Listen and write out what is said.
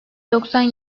doksan